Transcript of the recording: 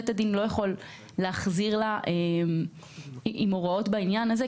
בית הדין לא יכול להחזיר אליה עם הוראות בעניין הזה,